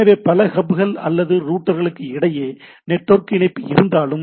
எனவே பல ஹப்கள் அல்லது ரூட்டர்களுக்கு இடையே நெட்வொர்க் இணைப்பு இருந்தாலும்